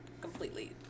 completely